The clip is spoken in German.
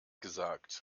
gesagt